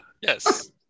Yes